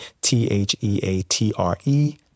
T-H-E-A-T-R-E